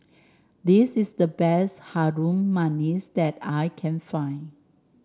this is the best Harum Manis that I can find